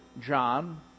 John